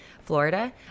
Florida